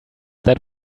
that